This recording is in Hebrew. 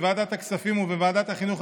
בוועדת הכספים ובוועדת החינוך,